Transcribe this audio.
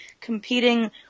competing